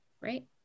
right